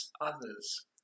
others